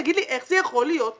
תגיד לי איך זה יכול להיות הגיוני?